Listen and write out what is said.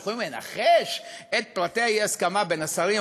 אנחנו יכולים לנחש את פרטי האי-הסכמה בין השרים,